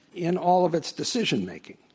in all of its decision-making.